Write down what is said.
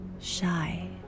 Shy